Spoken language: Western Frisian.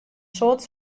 soad